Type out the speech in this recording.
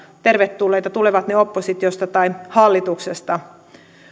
tervetulleita tulevat ne oppositiosta tai hallituksesta